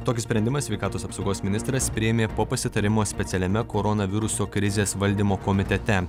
tokį sprendimą sveikatos apsaugos ministras priėmė po pasitarimo specialiame koronaviruso krizės valdymo komitete